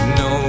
no